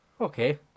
Okay